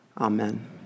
Amen